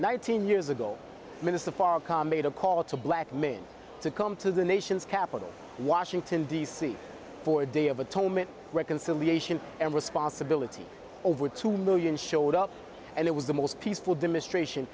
nineteen years ago minister farrakhan made a call to black men to come to the nation's capital washington d c for a day of atonement reconciliation and responsibility over two million showed up and it was the most peaceful demonstration